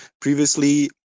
previously